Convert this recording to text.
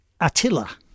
Attila